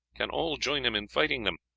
can all join him in fighting them.